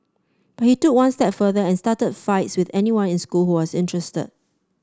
he took one step further and started fights with anyone in school who was interested